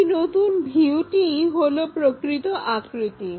এই নতুন ভিউটিই হলো প্রকৃত আকৃতি